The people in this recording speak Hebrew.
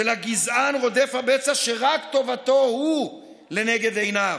של הגזען רודף הבצע, שרק טובתו-הוא לנגד עיניו.